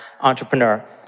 entrepreneur